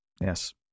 Yes